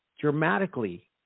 dramatically